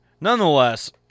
Nonetheless